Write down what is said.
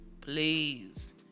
please